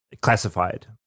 classified